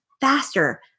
faster